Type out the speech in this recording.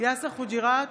יאסר חוג'יראת,